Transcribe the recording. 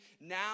now